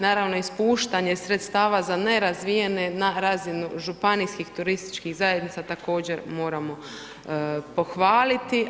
Naravno ispuštanje sredstava za nerazvijene na razinu županijskih turističkih zajednica također moramo pohvaliti.